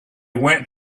went